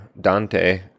Dante